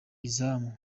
izamu